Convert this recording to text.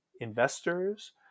investors